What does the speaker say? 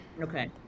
okay